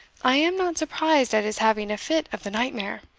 i am not surprised at his having a fit of the night-mare.